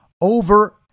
over